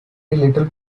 little